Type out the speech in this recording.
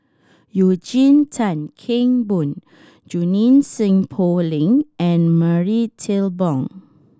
Eugene Tan Kheng Boon Junie Sng Poh Leng and Marie Ethel Bong